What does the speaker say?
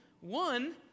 one